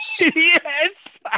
yes